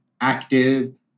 active